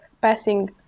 passing